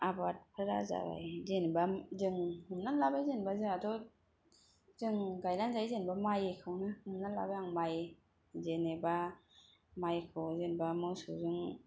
आबादफोरा जाबाय जेनेबा जों हमनानै लाबाय जों जेनेबा जोंहाथ जों गायनानै जोङो जेनेबा माइखौनो हमनानै लाबाय आं माइ जेनेबा माइखौ जेनेबा मोसौजों